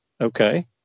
okay